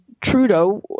Trudeau